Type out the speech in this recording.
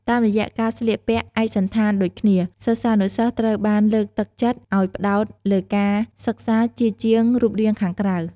តាមរយៈការស្លៀកពាក់ឯកសណ្ឋានដូចគ្នា សិស្សានុសិស្សត្រូវបានលើកទឹកចិត្តឱ្យផ្តោតលើការសិក្សាជាជាងរូបរាងខាងក្រៅ។